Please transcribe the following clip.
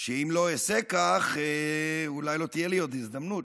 שאם לא אעשה כך אולי לא תהיה לי עוד הזדמנות,